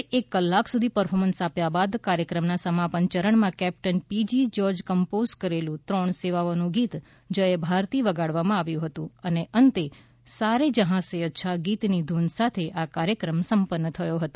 naval બેન્ડે એક કલાક સુધી પરફોર્મન્સ આપ્યા બાદ કાર્ચક્રમના સમાપન ચરણમાં કેપ્ટન પીજી જ્યોર્જે કમ્પોઝ કરેલું ત્રણ સેવાઓનું ગીત જય ભારતી વગાડવામાં આવ્યું હતું અને અંતે સારે જહાં સે અચ્છા ગીતની ધૂન સાથે આ કાર્યક્રમ સંપન્ન થયો હતો